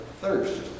thirst